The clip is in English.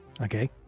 okay